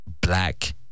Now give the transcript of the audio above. Black